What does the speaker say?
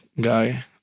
guy